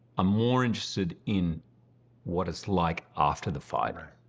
ah more interested in what it's like after the fight